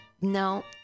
No